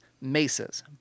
mesas